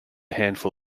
handful